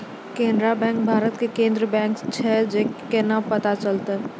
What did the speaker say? Canara bank Bharat के केन्द्रीय bank छै से केना पता चलतै?